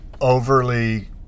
overly